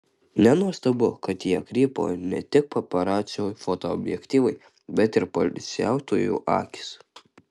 nenuostabu kad į ją krypo ne tik paparacių fotoobjektyvai bet ir poilsiautojų akys